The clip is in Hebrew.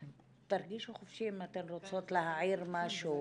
תרגישו חופשי אם אתן רוצות להעיר משהו.